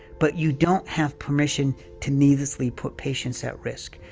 but you don't have permission to needlessly put patients at risk.